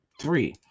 three